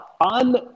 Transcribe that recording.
On